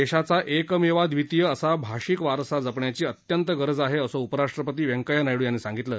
देशाचा एकमेवाद्वितीय असा भाषिक वारसा जपण्याची अत्यंत गरज आहे असं उपराष्ट्रपती व्यंकय्या नायडू यांनी सांगितलं